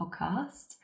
podcast